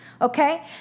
okay